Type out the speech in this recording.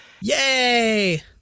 Yay